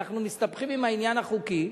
ואנחנו מסתבכים עם העניין החוקי,